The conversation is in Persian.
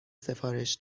سفارش